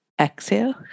Exhale